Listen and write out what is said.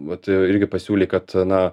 vat irgi pasiūlyk kad na